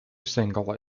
single